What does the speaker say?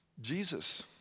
Jesus